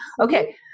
Okay